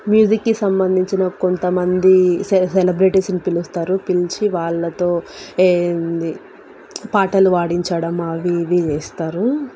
మ్యూజిక్కి సంబంధించిన కొంతమంది సె సెలబ్రిటీస్ని పిలుస్తారు పిలిచి వాళ్ళతో ఏ పాటలు పాడించడం అవీ ఇవీ చేస్తారు